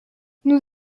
nous